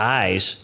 eyes